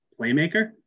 playmaker